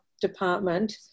department